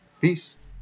Peace